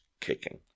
kicking